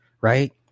right